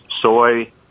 soy